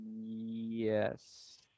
Yes